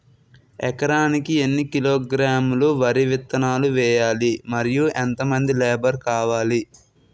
ఎకరానికి ఎన్ని కిలోగ్రాములు వరి విత్తనాలు వేయాలి? మరియు ఎంత మంది లేబర్ కావాలి?